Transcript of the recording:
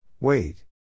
Wait